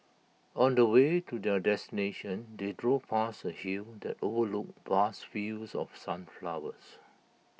on the way to their destination they drove past A hill that overlooked vast fields of sunflowers